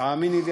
תאמיני לי,